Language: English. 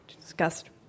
Discussed